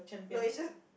no is just